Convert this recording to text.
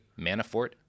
Manafort